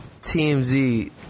TMZ